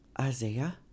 Isaiah